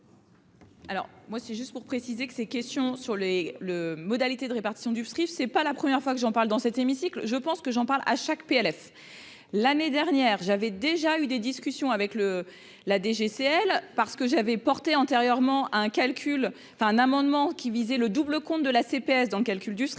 Alors, moi, c'est juste pour préciser que ces questions sur les le modalités de répartition du c'est pas la première fois que j'en parle dans cet hémicycle, je pense que j'en parle à chaque PLF l'année dernière j'avais déjà eu des discussions avec le la DGCL parce que j'avais porté antérieurement à un calcul enfin un amendement qui visait le double compte de la CPS dans calcul du